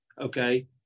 okay